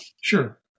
Sure